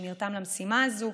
שנרתם למשימה הזאת,